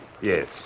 Yes